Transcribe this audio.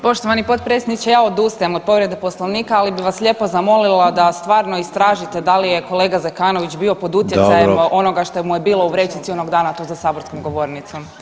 Poštovani potpredsjedniče, ja odustajem od povrede Poslovnika, ali bi vas lijepo zamolila da stvarno istražite da li je kolega Zekanović bio pod utjecajem [[Upadica: Dobro]] onoga što mu je bilo u vrećici onog dana tu za saborskom govornicom.